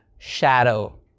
shadow